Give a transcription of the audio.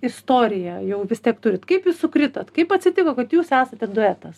istorija jau vis tiek turit kaip jūs sukritot kaip atsitiko kad jūs esate duetas